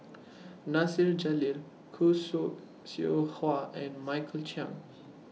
Nasir Jalil Khoo Su Seow Hwa and Michael Chiang